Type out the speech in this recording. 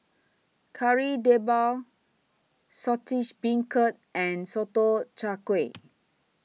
Kari Debal Saltish Beancurd and Sotong Char Kway